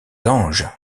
anges